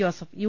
Joseph U